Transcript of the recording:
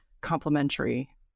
complementary